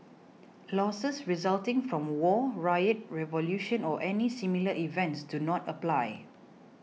losses resulting from war riot revolution or any similar events do not apply